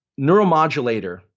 neuromodulator